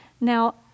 Now